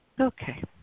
Okay